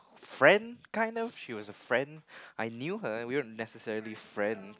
friend kind of she was a friend I knew her and we were necessarily friends